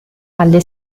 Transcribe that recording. alle